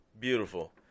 Beautiful